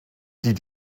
die